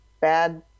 bad